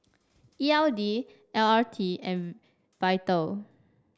E L D L R T and Vital